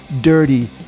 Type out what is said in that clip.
dirty